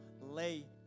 lay